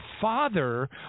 father